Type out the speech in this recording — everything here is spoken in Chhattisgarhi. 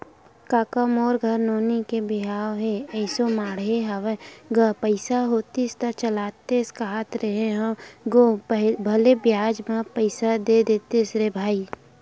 कका मोर घर नोनी के बिहाव ह एसो माड़हे हवय गा पइसा होतिस त चलातेस कांहत रेहे हंव गो भले बियाज म पइसा दे देतेस रे भई